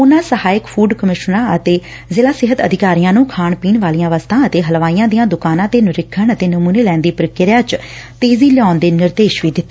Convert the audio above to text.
ਉਨਾਂ ਸਹਾਇਕ ਫੁਡ ਕਮਿਸ਼ਨਰਾਂ ਅਤੇ ਜ਼ਿਲ਼ਾ ਸਿਹਤ ਅਧਿਕਾਰੀਆਂ ਨੂੰ ਖਾਣ ਪੀਣ ਵਾਲੀਆਂ ਵਸਤਾਂ ਅਤੇ ਹਲਵਾਈਆ ਦੀਆਂ ਦੁਕਾਨਾਂ ਤੇ ਨਰੀਖਣ ਅਤੇ ਨਮੁਨੇ ਲੈਣ ਦੀ ਪ੍ਰਕਿਰਿਆ ਚ ਤੇਜੀ ਲਿਆਉਣ ਦੇ ਨਿਰਦੇਸ਼ ਵੀ ਦਿੱਤੇ